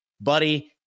Buddy